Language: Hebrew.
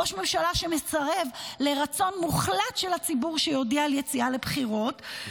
ראש ממשלה שמסרב לרצון מוחלט של הציבור שיודיע על יציאה לבחירות.